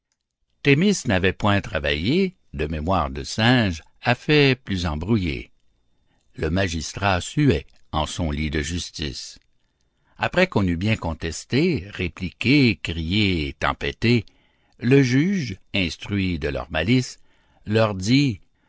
thémis n'avait point travaillé de mémoire de singe à fait plus embrouillé le magistrat suait en son lit de justice après qu'on eut bien contesté répliqué crié tempesté le juge instruit de leur malice leur dit